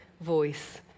voice